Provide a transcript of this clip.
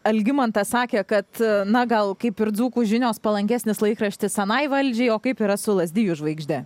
algimantas sakė kad na gal kaip ir dzūkų žinios palankesnis laikraštis anai valdžiai o kaip yra su lazdijų žvaigžde